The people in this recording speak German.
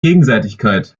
gegenseitigkeit